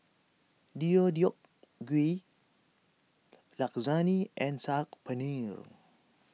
Deodeok Gui Lasagne and Saag Paneer